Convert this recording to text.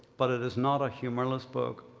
but it is not a humorless book.